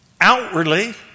outwardly